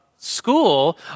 school